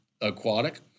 aquatic